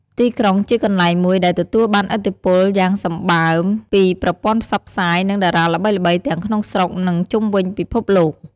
ទីក្រុងជាកន្លែងមួយ ដែលទទួលបានឥទ្ធិពលយ៉ាងសម្បើមពីប្រព័ន្ធផ្សព្វផ្សាយ និង តារាល្បីៗទាំងក្នុងស្រុក និងជុំវិញពិភពលោក។